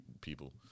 people